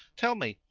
tell me,